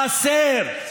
חסר.